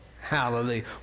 Hallelujah